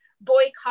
boycott